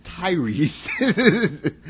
Tyrese